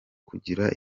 kugira